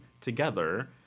together